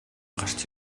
гарч